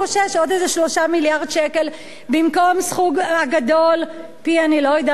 איזה 3 מיליארד שקלים במקום סכום הגדול פי אני לא יודעת כמה,